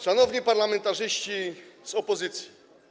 Szanowni Parlamentarzyści z Opozycji!